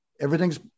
everything's